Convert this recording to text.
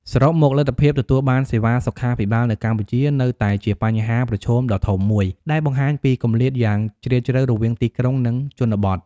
សរុបមក លទ្ធភាពទទួលបានសេវាសុខាភិបាលនៅកម្ពុជានៅតែជាបញ្ហាប្រឈមដ៏ធំមួយ ដែលបង្ហាញពីគម្លាតយ៉ាងជ្រាលជ្រៅរវាងទីក្រុង និងជនបទ។